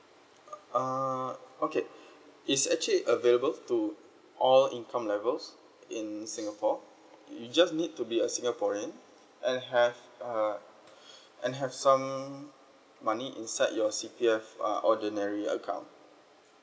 err okay is actually available to all income levels in singapore you just need to be a singaporean and have uh and have some money inside your C_P_F uh ordinary account